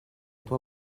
tua